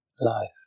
life